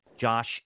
Josh